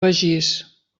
begís